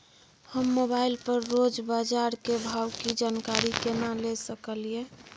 हम मोबाइल पर रोज बाजार के भाव की जानकारी केना ले सकलियै?